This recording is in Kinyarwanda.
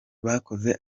bakoze